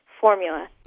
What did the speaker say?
formula